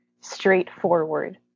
straightforward